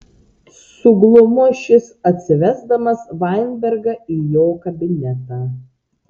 suglumo šis atsivesdamas vainbergą į jo kabinetą